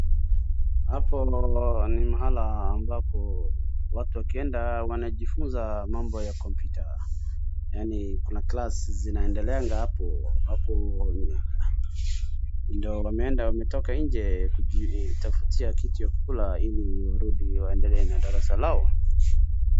Hapo ni mahala ambapo watu wakienda wanajifunza mambo ya kompyuta yani kuna class zinaendeleanga hapo. Hapo ndo wameenda wametoka nje kujitafutia kitu ya kukula ili warudi waendelee na darasa lao.